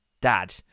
dad